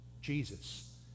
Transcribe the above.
jesus